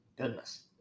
Goodness